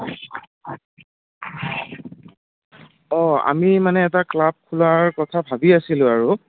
অঁ আমি মানে এটা ক্লাব খোলাৰ কথা ভাবি আছিলোঁ আৰু